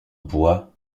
bois